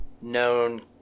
known